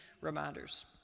reminders